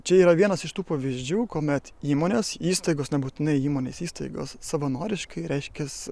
čia yra vienas iš tų pavyzdžių kuomet įmonės įstaigos nebūtinai įmonės įstaigos savanoriškai reiškiasi